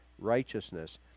righteousness